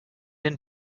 den